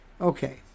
Okay